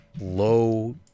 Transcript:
low